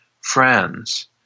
friends